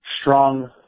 strong